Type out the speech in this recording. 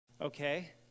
okay